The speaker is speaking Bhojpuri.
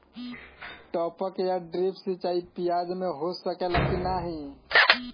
टपक या ड्रिप सिंचाई प्याज में हो सकेला की नाही?